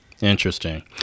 Interesting